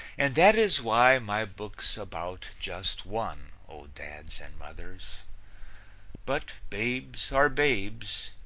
and that is why my book's about just one, o dads and mothers but babes are babes,